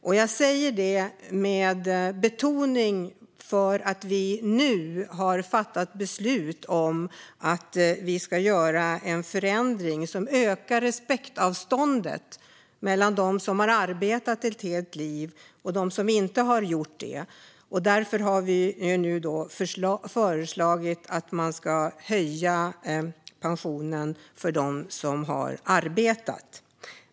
Det säger jag med betoning, eftersom vi nu har fattat beslut om att göra en förändring som ökar respektavståndet mellan dem som har arbetat ett helt liv och dem som inte har gjort det. Därför har vi nu föreslagit att höja pensionen för dem som har arbetat.